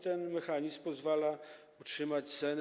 Ten mechanizm pozwala utrzymać cenę.